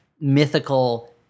mythical